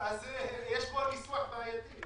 אז יש פה ניסוח בעייתי.